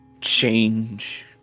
change